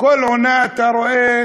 בכל עונה אתה רואה